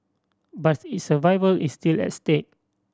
but its survival is still at stake